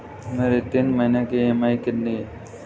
मेरी तीन महीने की ईएमआई कितनी है?